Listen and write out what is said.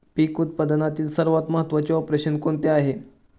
पीक उत्पादनातील सर्वात महत्त्वाचे ऑपरेशन कोणते आहे?